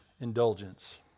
indulgence